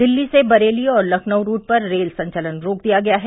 दिल्ली से बरेली और लखनउ रूट पर रेल संचालन रोक दिया गया है